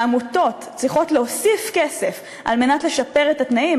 העמותות צריכות להוסיף כסף על מנת לשפר את התנאים,